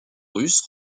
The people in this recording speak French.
russes